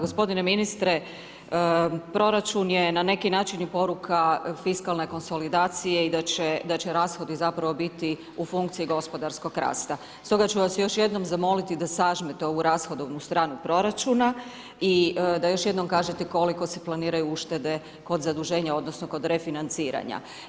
Gospodine ministre proračun je na neki način i poruka fiskalne konsolidacije i da će rashodi zapravo biti u funkciji gospodarskog rasta, stoga ću vas još jednom zamoliti da sažmete ovu rashodovnu stranu proračuna i da još jednom kažete koliko se planiraju uštede kod zaduženje odnosno kod refinanciranja.